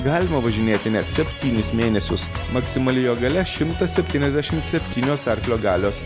galima važinėti net septynis mėnesius maksimali jo galia šimtas septyniasdešim septynios arklio galios